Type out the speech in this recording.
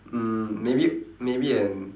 mm maybe maybe an